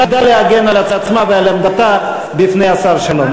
להגן על עצמה ועל עמדתה בפני השר שלום.